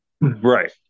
right